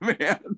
man